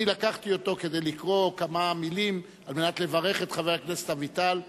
אני לקחתי אותו כדי לקרוא כמה מלים על מנת לברך את חבר הכנסת אביטל,